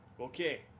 Okay